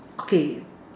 okay